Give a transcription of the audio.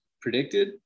predicted